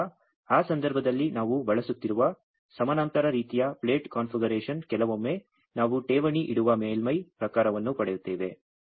ಆದ್ದರಿಂದ ಆ ಸಂದರ್ಭದಲ್ಲಿ ನಾವು ಬಳಸುತ್ತಿರುವ ಸಮಾನಾಂತರ ರೀತಿಯ ಪ್ಲೇಟ್ ಕಾನ್ಫಿಗರೇಶನ್ ಕೆಲವೊಮ್ಮೆ ನಾವು ಠೇವಣಿ ಇಡುವ ಮೇಲ್ಮೈ ಪ್ರಕಾರವನ್ನು ಪಡೆಯುತ್ತೇವೆ